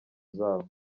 zabo